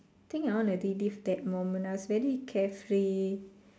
think I want to relive that moment I was very carefree